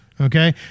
okay